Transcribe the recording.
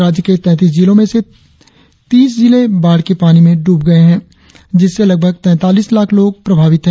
राज्य के तैतीस जिलों में से तीस जिले बाढ़ के पानी में डूब गए है जिससे लगभग तैतालीस लाख लोग प्रभावित हैं